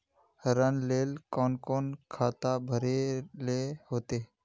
ऋण लेल कोन कोन खाता भरेले होते?